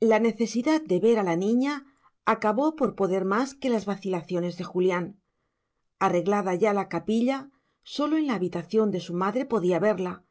la necesidad de ver a la niña acabó por poder más que las vacilaciones de julián arreglada ya la capilla sólo en la habitación de su madre podía verla